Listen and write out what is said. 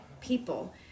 people